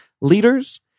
leaders